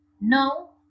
no